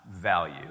Value